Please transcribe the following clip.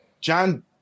John